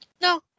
no